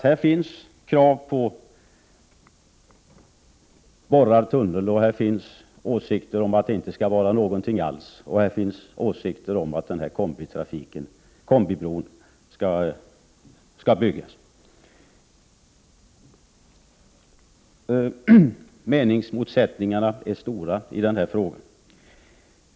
Här finns krav på en borrad tunnel, åsikter om att det inte skall vara någonting alls samt åsikter om att kombibron skall byggas. Meningsmotsättningarna är stora i den här frågan.